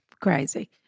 crazy